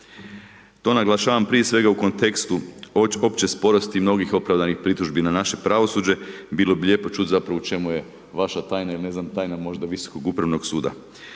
To naglašavam prije sveg u kontekstu opće sporosti mnogih opravdanost pritužbi na naše pravosuđe, bilo bi lijepo čuti zapravo u čemu je vaša tajna i ne znam, tajna možda Visokog upravnog suda.